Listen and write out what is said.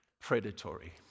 predatory